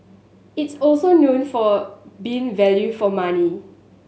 it's also known for being value for money